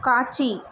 காட்சி